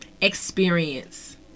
experience